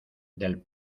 del